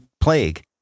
plague